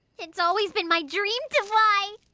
it's always been my dream to fly!